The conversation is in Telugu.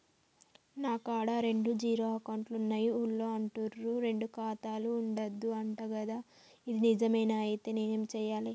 నా కాడా రెండు జీరో అకౌంట్లున్నాయి ఊళ్ళో అంటుర్రు రెండు ఖాతాలు ఉండద్దు అంట గదా ఇది నిజమేనా? ఐతే నేనేం చేయాలే?